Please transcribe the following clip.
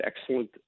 excellent